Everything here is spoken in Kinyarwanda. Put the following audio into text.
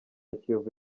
kiyovu